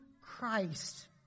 Christ